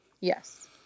Yes